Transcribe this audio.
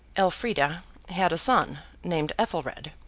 elfrida had a son, named ethelred,